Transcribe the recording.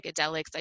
psychedelics